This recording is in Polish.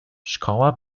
szkoła